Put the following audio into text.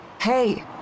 Hey